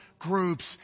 groups